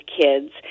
kids